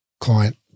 client